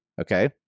okay